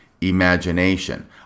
imagination